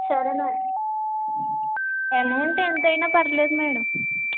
సరే madam amount ఎంతయినా పర్వాలేదు మేడం